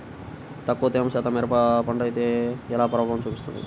తక్కువ తేమ శాతం మిరప పంటపై ఎలా ప్రభావం చూపిస్తుంది?